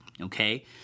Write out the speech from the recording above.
Okay